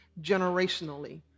generationally